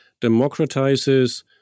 democratizes